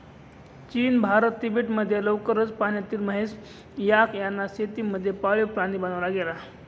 चीन, भारत, तिबेट मध्ये लवकरच पाण्यातली म्हैस, याक यांना शेती मध्ये पाळीव प्राणी बनवला गेल